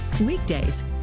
weekdays